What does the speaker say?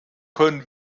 können